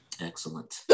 Excellent